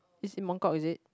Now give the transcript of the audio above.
is in Mong kok is it